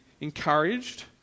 encouraged